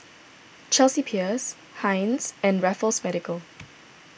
Chelsea Peers Heinz and Raffles Medical